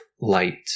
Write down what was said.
light